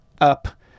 up